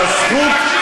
על הזכות,